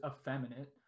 effeminate